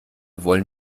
wollen